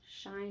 shine